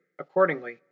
accordingly